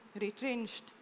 retrenched